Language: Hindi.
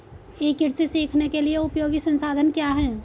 ई कृषि सीखने के लिए उपयोगी संसाधन क्या हैं?